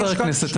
חבר הכנסת,